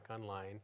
online